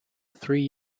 three